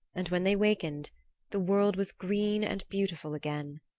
and when they wakened the world was green and beautiful again.